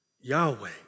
Yahweh